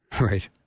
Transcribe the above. Right